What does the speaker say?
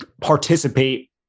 participate